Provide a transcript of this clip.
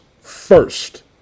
first